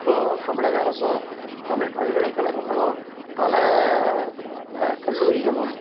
இப்போது தமிழக அரசும் தமிழ் பல்கலைக்கழங்களும் பல கல்லூரிகளும்